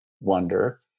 wonder